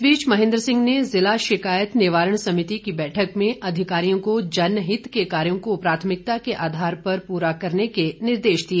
इस बीच महेंद्र सिंह ने जिला शिकायत निवारण समिति की बैठक में अधिकारियों को जनहित के कार्यों को प्राथमिकता के आधार पर पूरा करने के निर्देश दिए